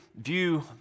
view